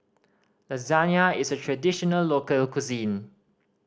lasagne is a traditional local cuisine